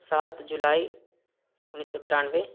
सात जुलाइ उन्नैस सए बिरानबे